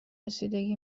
رسیدگی